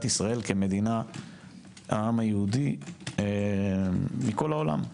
ישראל כמדינת העם היהודי מכל העולם,